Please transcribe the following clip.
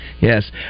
Yes